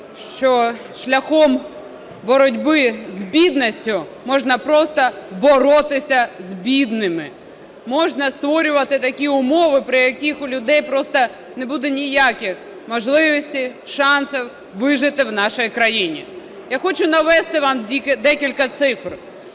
що шляхом боротьби з бідністю можна просто боротися з бідними. Можна створювати такі умови, про які у людей просто не буде ніяких можливостей, шансів вижити в нашій країні. Я хочу навести вам декілька цифр.